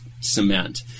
cement